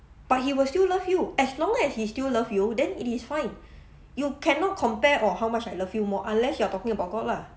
but he will still love you as long as he still love you then it is fine you cannot compare orh how much I love you more unless you are talking about god lah